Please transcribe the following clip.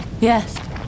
Yes